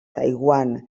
taiwan